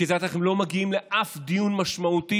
כיצד אתם לא מגיעים לאף דיון משמעותי